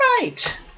Right